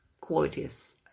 qualities